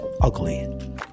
ugly